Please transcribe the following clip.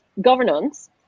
governance